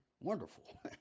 wonderful